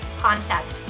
concept